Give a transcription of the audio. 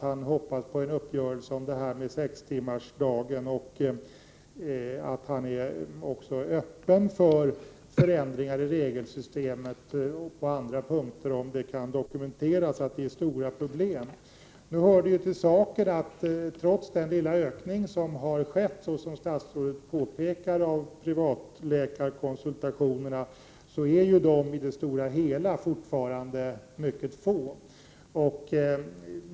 Han hoppas på en uppgörelse om sextimmarsdag och är öppen för förändringar i regelsystemet på andra punkter, om det kan dokumenteras att det är stora problem. Nu hör till saken att trots den lilla ökning som skett, som statsrådet också påpekade, av privatläkarkonsultationerna är de i det stora hela fortfarande mycket få.